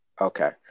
Okay